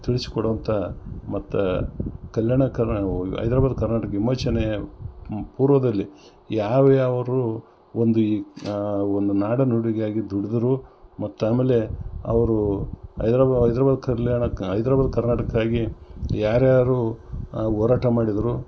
ತಿಳಿಸ್ಕೊಡುವಂಥ ಮತ್ತು ಕಲ್ಯಾಣ ಕರ್ನ ಹೈದ್ರಾಬಾದ್ ಕರ್ನಾಟಕ ವಿಮೋಚನೆಯ ಪೂರ್ವದಲ್ಲಿ ಯಾವ ಯಾರು ಒಂದು ಈ ಒಂದು ನಾಡನುಡಿಗಾಗಿ ದುಡಿದ್ರು ಮತ್ತು ಆಮೇಲೆ ಅವರು ಹೈದ್ರಾಬಾದ್ ಹೈದ್ರಾಬಾದ್ ಕಲ್ಯಾಣ ಹೈದ್ರಾಬಾದ್ ಕರ್ನಾಟಕಕ್ಕಾಗಿ ಯಾರು ಯಾರು ಹೋರಾಟ ಮಾಡಿದರು